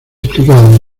explicado